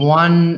one